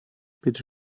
bitte